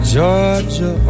Georgia